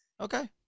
Okay